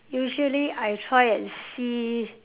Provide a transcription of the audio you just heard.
usually I try and see